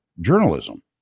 journalism